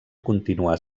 continuar